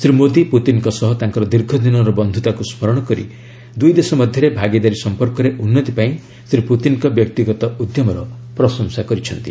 ଶ୍ରୀ ମୋଦୀ ପୁତିନ୍ଙ୍କ ସହ ତାଙ୍କର ଦୀର୍ଘ ଦିନର ବନ୍ଧୁତାକୁ ସ୍ମରଣ କରି ଦୁଇ ଦେଶ ମଧ୍ୟରେ ଭାଗିଦାରୀ ସମ୍ପର୍କରେ ଉନ୍ନତି ପାଇଁ ଶ୍ରୀ ପୁତିନ୍ଙ୍କ ବ୍ୟକ୍ତିଗତ ଉଦ୍ୟମର ପ୍ରଶଂସା କରିଛନ୍ତି